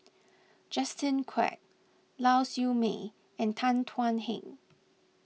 Justin Quek Lau Siew Mei and Tan Thuan Heng